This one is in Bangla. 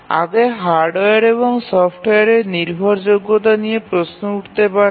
আগে হার্ডওয়্যার এবং সফ্টওয়্যারের নির্ভরযোগ্যতা নিয়ে প্রশ্ন উঠত